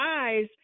eyes